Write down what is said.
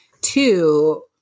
two